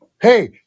hey